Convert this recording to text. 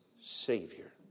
Savior